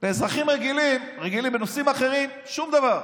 באזרחים רגילים, בנושאים אחרים, שום דבר.